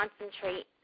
concentrate